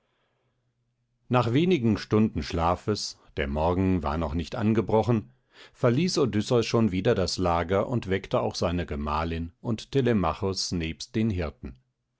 nach wenigen stunden schlafes der morgen war noch nicht angebrochen verließ odysseus schon wieder das lager und weckte auch seine gemahlin und telemachos nebst den hirten